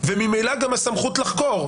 וממילא גם הסמכות לחקור.